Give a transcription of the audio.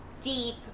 deep